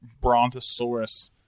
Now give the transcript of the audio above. Brontosaurus